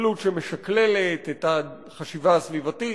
הסתכלות שמשקללת את החשיבה הסביבתית,